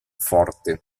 forte